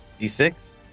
D6